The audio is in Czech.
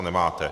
Nemáte.